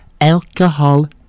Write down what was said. alcohol